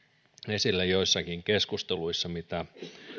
esille joissakin keskusteluissa mitä